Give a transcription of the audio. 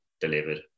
delivered